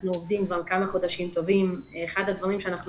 אנחנו עובדים כבר כמה חודשים טובים ואחד הדברים שאנחנו